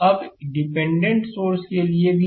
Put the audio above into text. अब यह dependent sources के लिए भी सच है